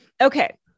Okay